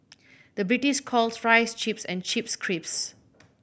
the British calls fries chips and chips crisps